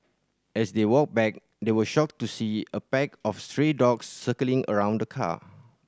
as they walked back they were shocked to see a pack of stray dogs circling around the car